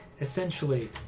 essentially